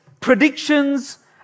predictions